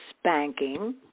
spanking